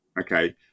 Okay